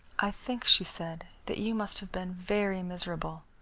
i think, she said, that you must have been very miserable.